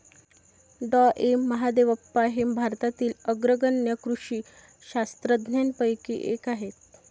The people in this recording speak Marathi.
डॉ एम महादेवप्पा हे भारतातील अग्रगण्य कृषी शास्त्रज्ञांपैकी एक आहेत